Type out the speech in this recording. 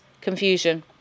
confusion